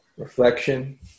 Reflection